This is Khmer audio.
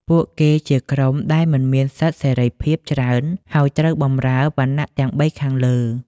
ពួកគេជាក្រុមដែលមិនមានសិទ្ធិសេរីភាពច្រើន ហើយត្រូវបម្រើវណ្ណៈទាំងបីខាងលើ។